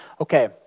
Okay